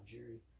Jerry